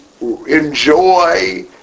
enjoy